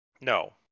No